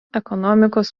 ekonomikos